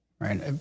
right